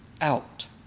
out